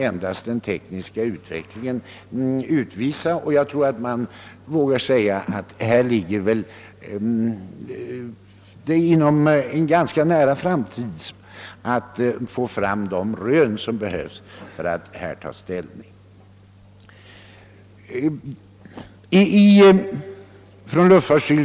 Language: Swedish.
Endast den tekniska utvecklingen kan visa detta och jag tror att man vågar säga att det är möjligt att inom en ganska nära framtid få fram de rön som är nödvändiga för att kunna ta ställning till användningen av Bromma flygplats.